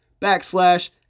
backslash